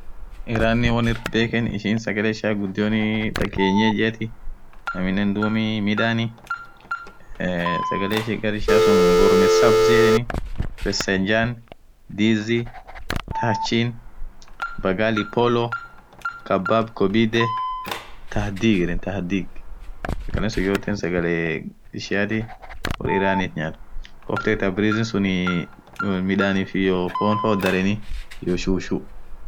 iranin won irritbeken ishin sagale ishian ghudionii takienyejiati aminen dhumii midani sagale ishin garishiasun gurmisabzi yedeni resejaan dizitachin bagalipolo kababkobidhe tahadiiren tahadik sagalesun yoten sagalee ishiati woreeran it nyaat koptetabrizi sunii midanif iyoo fon fa wodareni iyo shushu